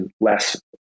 less